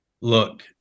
Look